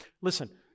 Listen